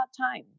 time